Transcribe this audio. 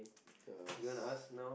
does